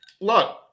Look